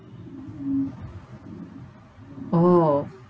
oh